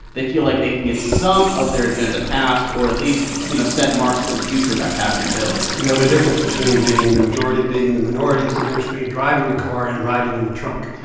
they feel like they can get some of their agenda passed or at least, you know, set marks for the future by passing bills you know, the difference between being in the majority and being in the minority is the difference between driving the car and riding in the trunk